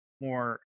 more